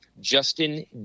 Justin